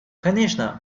конечно